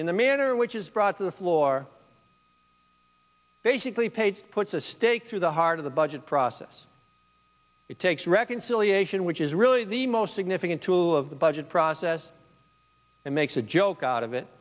in the manner which is brought to the floor basically paid puts a stake through the heart of the budget process it takes reconciliation which is really the most significant tool of the budget process and makes a joke out of it